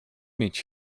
meet